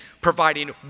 providing